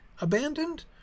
abandoned